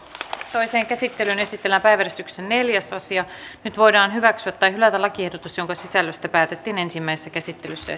toiseen käsittelyyn esitellään päiväjärjestyksen neljäs asia nyt voidaan hyväksyä tai hylätä lakiehdotus jonka sisällöstä päätettiin ensimmäisessä käsittelyssä